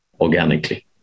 organically